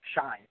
shine